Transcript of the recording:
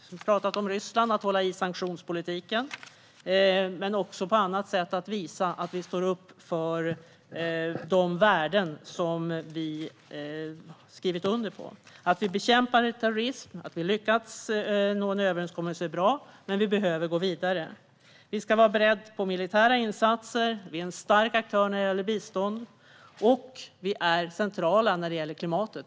Vi har pratat om Ryssland och om att hålla i sanktionspolitiken, men också om att på annat sätt visa att vi står upp för de värden som vi har skrivit under på. Att vi bekämpar terrorism och har lyckats nå en överenskommelse är bra, men vi behöver gå vidare. Vi ska vara beredda på militära insatser. Vi är en stark aktör när det gäller bistånd. Och vi är centrala när det gäller klimatet.